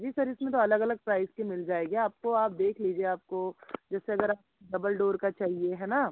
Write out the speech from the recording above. जी sir इसमें तो अलग अलग प्राइज़ के मिल जाएंगे आपको आप देख लीजिए आपको जैसे अगर डबल डोर का चाहिए है ना